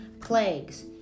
Plagues